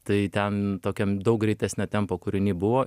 tai ten tokiam daug greitesnio tempo kūriny buvo